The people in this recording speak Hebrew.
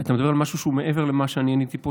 אתה מדבר על משהו שהוא מעבר למה שאני עניתי פה,